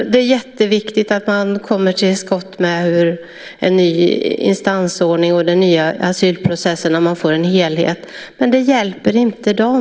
Det är jätteviktigt att man kommer till skott med en ny instansordning och får en helhet i den nya asylprocessen, men det hjälper inte dem.